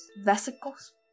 Vesicles